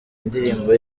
indirimbo